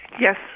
Yes